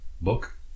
book